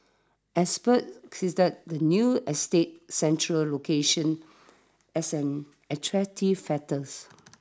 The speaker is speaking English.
experts says that the new estate's central location as an attractive factors